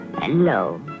Hello